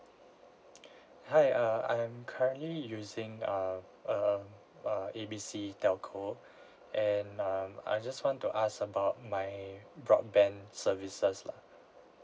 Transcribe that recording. hi uh I am currently using err uh uh A B C telco and um I just want to ask about my broadband services lah